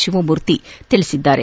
ಶಿವಮೂರ್ತಿ ತಿಳಿಸಿದ್ದಾರೆ